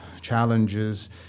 challenges